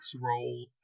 roll